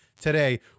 today